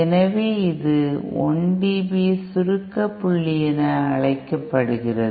எனவே இது 1 dB சுருக்க புள்ளி என அழைக்கப்படுகிறது